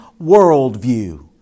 worldview